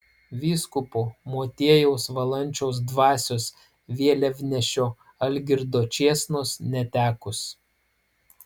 vyskupo motiejaus valančiaus dvasios vėliavnešio algirdo čėsnos netekus